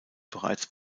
bereits